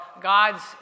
God's